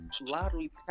lottery